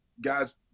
guys